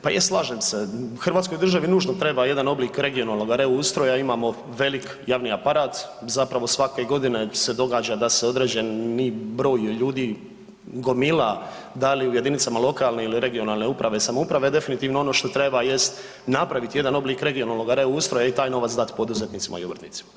Pa je slažem se, hrvatskoj državi nužno treba jedan oblik regionalnoga reustroja, imamo velik javni aparat, zapravo svake godine se događa da se određeni broj ljudi gomila da li u jedinicama lokalne ili regionalne uprave i samouprave, definitivno ono što treba jest napraviti jedan oblik regionalnoga reustroja i taj novac dat poduzetnicima i obrtnicima.